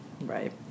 Right